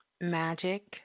magic